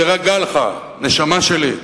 תירגע לך, נשמה שלי.